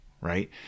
right